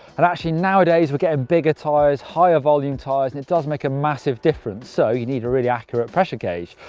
and actually now a days were getting bigger tyres, higher volume tyres, and it does make a massive difference, so you need a really accurate pressure gauge.